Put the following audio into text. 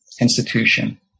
institution